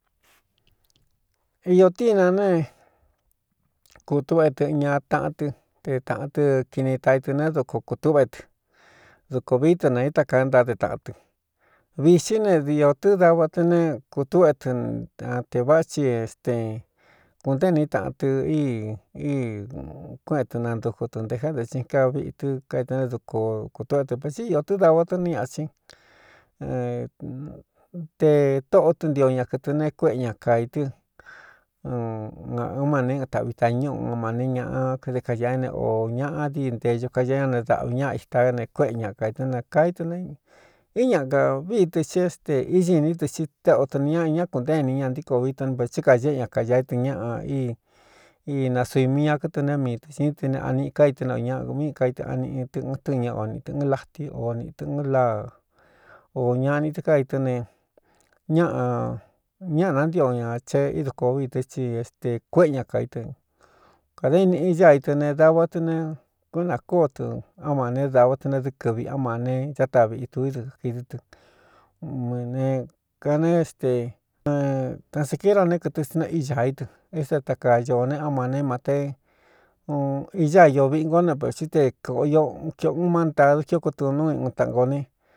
Iō tɨ ina ne kūtúꞌa e tɨꞌn ña taꞌán tɨ te tāꞌan tɨ kini taa i tɨ ne duko kūtúꞌvé e tɨ dukō vií tɨ nā i tákaa é ntáde tāꞌan tɨ vixí ne diō tɨ́ dava tɨ ne kūtúꞌue tɨnatē vá thi stēn kūntée ní taꞌan tɨ í kuéꞌen tɨnantuku tɨ nté jénta chi ká viꞌī tɨ kaitɨ né duko kūtúꞌé dɨ vētsí iō tɨ́ dava tɨ́ né ña cín te tóꞌó tɨntio ña kɨ̄tɨ ne kuéꞌe ña kaāi tɨ́ naɨn ma ne ɨn taꞌvi tañúꞌu n mane ñaꞌa kdé kañāꞌa éne o ñaꞌa dii ntēño kañaé ña ne dāꞌvi ñaꞌa itaé ne kuéꞌe ña kaitɨ́n ne kaí tɨ ne í ña ka vii tɨ ci é ste íi ní tɨ xi té o tɨ ne ñaꞌai ñá kunté inī ña ntíko vií toné vē tsí kañéꞌe ña kaīa í tɨn ñaꞌa í inasui mii a kɨtɨ ne mii tɨ siín tɨ ne aniꞌi káitɨ́ ne o ñaꞌ míꞌī kaitɨ aniꞌ tɨɨn tɨ́ɨn ñaꞌ a o nī tɨꞌɨn lati o nīꞌ tɨɨn láa o ñaꞌni tɨ ká itɨ́ ne ñaꞌa ñáꞌa nantio ñā che í dukoo vii tɨ́ csi éstē kuéꞌe ña ka í tɨ kādā éniꞌi ñáa i tɨ ne davá tɨ ne kunākóo tɨ á ma ne dava tɨ ne dɨ́ kɨvi á ma ne á ta viꞌitū idɨkākidɨ tɨ m ne kane éste na sa kira neéé kɨtɨ sina í ñā í tɨ éste ta kaa ñoō ne á mane mate iñá iō viꞌi ngó ne vētsí te kōꞌo io kiꞌo un mántadu kio kutɨn núu i un taꞌan ko ne.